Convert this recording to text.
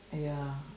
ya